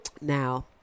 Now